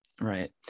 Right